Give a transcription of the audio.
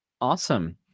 awesome